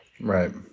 Right